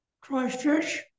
Christchurch